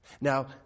Now